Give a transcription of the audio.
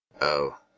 Oh